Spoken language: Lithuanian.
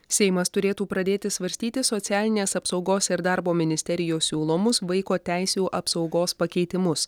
seimas turėtų pradėti svarstyti socialinės apsaugos ir darbo ministerijos siūlomus vaiko teisių apsaugos pakeitimus